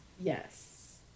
Yes